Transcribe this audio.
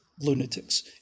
lunatics